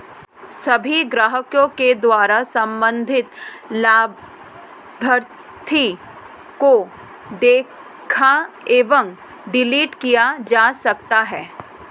सभी ग्राहकों के द्वारा सम्बन्धित लाभार्थी को देखा एवं डिलीट किया जा सकता है